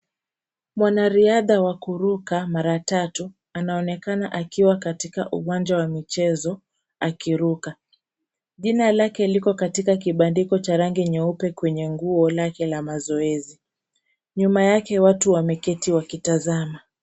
Mwanariadha wa kuruka mara tatu anaonekana akiwa katika uwanja wa michezo akiruka. Jina lake liko katika kibandiko cha rangi nyeupe kwenye nguo lake la mazoezi. Nyuma yake watu wameketi wakitazama.